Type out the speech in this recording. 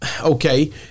okay